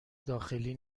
داخلی